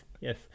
Yes